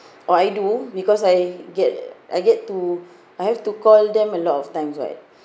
or I do because I get I get to I have to call them a lot of times what